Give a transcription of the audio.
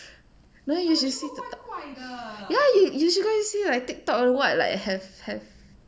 no you should th~ ya yo~ you should go and see like TikTok or what have have